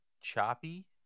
choppy